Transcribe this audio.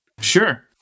Sure